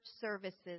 services